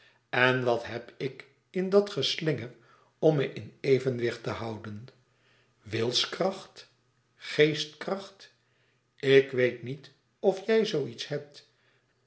en wat heb ik in dat geslinger om me in evenwicht te houden wilskracht geestkracht ik weet niet of jij zoo iets hebt